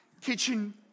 kitchen